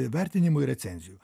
įvertinimų ir recenzijų